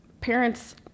Parents